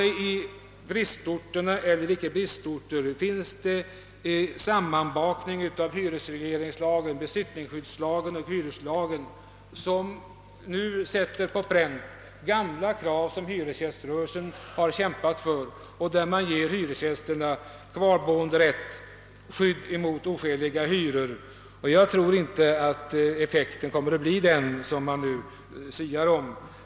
I bristorter eller icke bristorter finns en sammanbakning av hyresregleringslagen, besittningsskyddslagen och hyreslagen som nu sätter på pränt de gamla krav som hyresgäströrelsen kämpat för, att hyresgästerna skall ges kvarboenderätt och skydd mot oskäliga hyror. Jag tror inte att effekten kommer att bli den man nu siar om.